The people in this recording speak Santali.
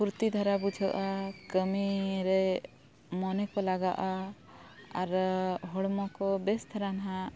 ᱯᱷᱩᱨᱛᱤ ᱫᱷᱟᱨᱟ ᱵᱩᱡᱷᱟᱹᱜᱼᱟ ᱠᱟᱹᱢᱤ ᱨᱮ ᱢᱚᱱᱮ ᱠᱚ ᱞᱟᱜᱟᱜᱼᱟ ᱟᱨ ᱦᱚᱲᱢᱚ ᱠᱚ ᱵᱮᱥ ᱫᱷᱟᱨᱟ ᱱᱟᱦᱟᱜ